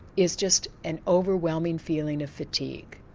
is just an overwhelming feeling of fatigue,